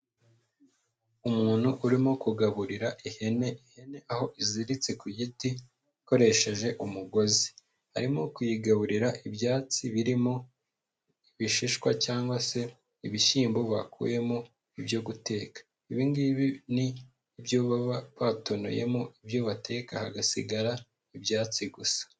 Umuntu urimo kugaburira ihene, ihene aho iziritse ku giti akoresheje umugozi, arimo kuyigaburira ibyatsi birimo ibishishwa cyangwa se ibishyimbo bakuyemo ibyo guteka, ibi ngibi ni ibyo baba batonoyemo ibyo bateka, hagasigara ibyatsi gusa.